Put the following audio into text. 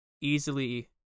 easily